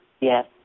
Yes